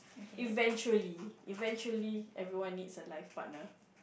eventually eventually everyone needs a life partner